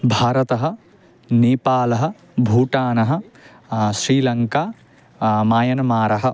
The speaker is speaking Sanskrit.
भारतः नेपालः भूटानः श्रीलङ्का मायनमारः